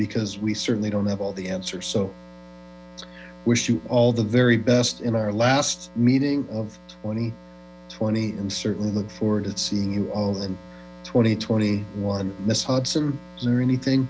because we certainly don't have all the answers so wish you all the very best in our last meeting of twenty twenty and certainly look forward to seeing you all twenty twenty one